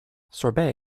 sorbet